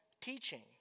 teaching